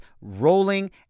rolling